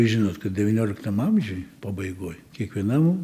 žinot kad devynioliktam amžiuj pabaigoj kiekvienam